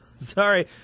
Sorry